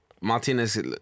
Martinez